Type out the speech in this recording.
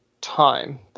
time